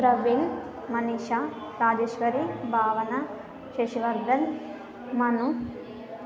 Praveen Manisha Rajeshwari Bhavana Shashivardhan Manu